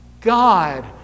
God